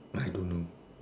I don't know